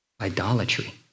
idolatry